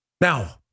Now